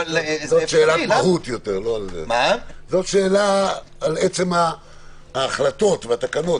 זו שאלת מהות, על עצם ההחלטות והתקנות.